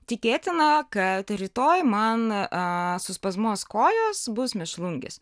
tikėtina kad rytoj man suspazmuos kojos bus mėšlungis